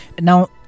Now